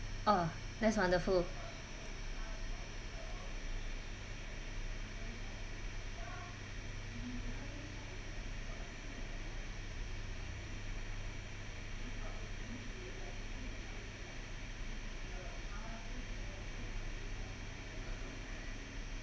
oh that's wonderful